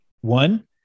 One